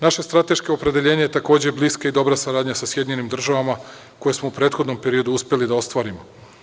Naše strateško opredeljenje je takođe bliska i dobra saradnja sa SAD koje smo u prethodnom periodu uspeli da ostvarimo.